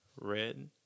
Red